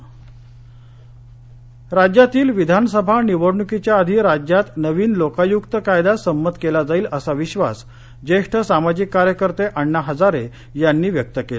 लोकायुक्त राज्यातील विधानसभा निवडणूकीच्या आधी राज्यात नवीन लोकायूक्त कायदा संमत केला जाईल असा विश्वास ज्येष्ठ सामाजिक कार्यकर्ते आण्णा हजारे यांनी व्यक्त केला